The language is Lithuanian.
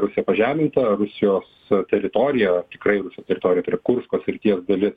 rusija pažeminta rusijos teritorija tikrai rusijos teritorija turi kursko srities dalis